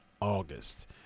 August